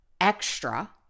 extra